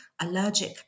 allergic